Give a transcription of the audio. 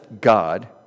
God